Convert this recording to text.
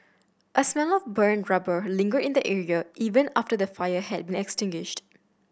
a smell of burnt rubber lingered in the area even after the fire had extinguished